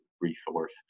resource